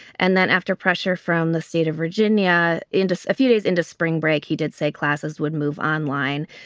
and then after pressure from the state of virginia in just a few days into spring break, he did say classes would move online.